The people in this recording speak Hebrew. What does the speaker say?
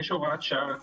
יש הוראת שעה